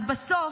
אז בסוף,